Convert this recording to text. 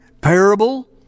parable